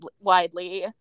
widely